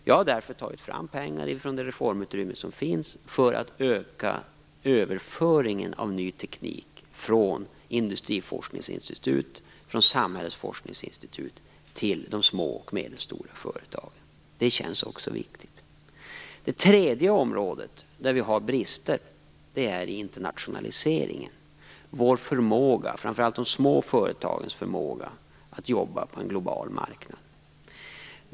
Jag har tagit fram pengar från det reformutrymme som finns just för att öka överföringen av ny teknik från industriforskningsinstitut och från samhällsforskningsinstitut till de små och medelstora företagen. Det känns viktigt. Ett tredje område där det finns brister är internationaliseringen. Det gäller då framför allt de små företagens förmåga att jobba på en global marknad.